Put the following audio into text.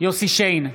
יוסף שיין,